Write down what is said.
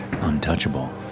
untouchable